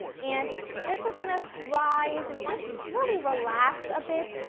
and this is going to rise and just really relax a bit,